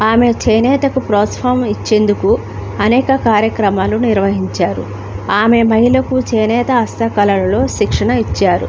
ఆమె చేనేతకు ప్రోత్సహించేందుకు అనేక కార్యక్రమాలు నిర్వహించారు ఆమె మహిళలకు చేనేత హస్త కళలో శిక్షణ ఇచ్చారు